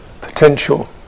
potential